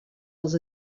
els